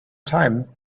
time